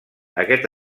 aquest